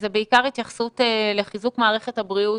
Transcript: זה בעיקר התייחסות לחיזוק מערכת הבריאות.